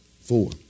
four